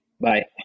Bye